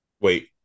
Wait